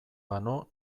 banu